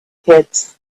kids